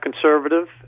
conservative